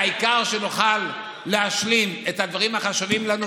העיקר שנוכל להשלים את הדברים החשובים לנו.